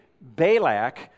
Balak